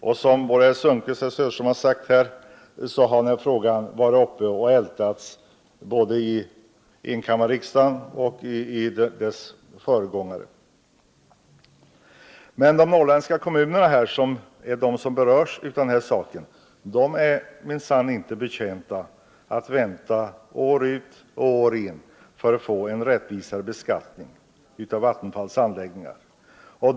Såsom både herr Sundkvist och herr Söderström har sagt har denna fråga varit uppe och ältats både i enkammarriksdagen och i dess föregångare. Men de norrländska kommunerna, vilka är de som berörs av denna sak, är minsann inte betjänta av att få vänta år ut och år in för att få en rättvisare beskattning av Vattenfalls anläggningar.